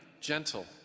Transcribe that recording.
gentle